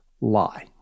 lie